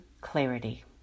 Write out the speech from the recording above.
clarity